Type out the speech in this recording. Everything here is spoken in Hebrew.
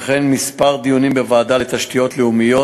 וכן כמה דיונים בוועדה לתשתיות לאומיות,